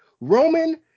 Roman